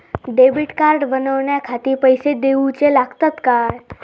Debit card बनवण्याखाती पैसे दिऊचे लागतात काय?